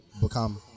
become